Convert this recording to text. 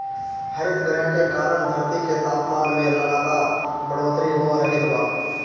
हरितगृह के कारण धरती के तापमान में लगातार बढ़ोतरी हो रहल बा